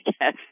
Yes